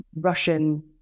Russian